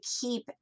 keep